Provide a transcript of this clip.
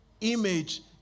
image